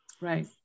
Right